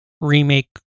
remake